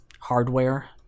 hardware